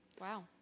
Wow